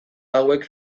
hauek